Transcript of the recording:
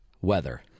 Weather